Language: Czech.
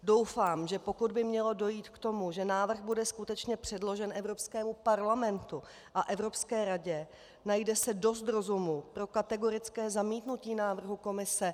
Doufám, že pokud by mělo dojít k tomu, že návrh bude skutečně předložen Evropskému parlamentu a Evropské radě, najde se dost rozumu pro kategorické zamítnutí návrhu Komise.